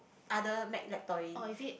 other Mac laptop already